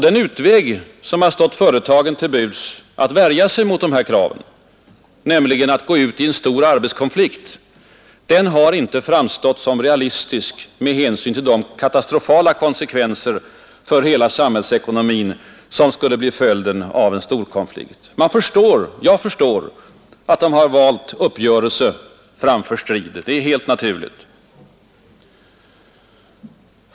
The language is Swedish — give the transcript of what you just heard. Den utväg som har stått företagen till buds att värja sig mot dessa krav, nämligen att gå ut i en stor arbetskonflikt, har inte framstått som realistisk med hänsyn till de ofta katastrofala konsekvenser för hela samhällsekonomin som skulle bli följden av en stor konflikt. Jag förstår att de har valt uppgörelse framför strid. Det är helt naturligt.